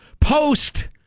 post